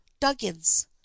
Duggins